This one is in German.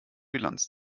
bilanz